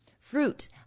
Fruit